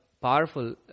powerful